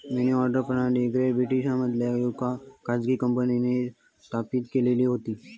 मनी order प्रणाली great ब्रिटनमधल्या येका खाजगी कंपनींन स्थापित केलेली होती